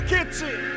Kitchen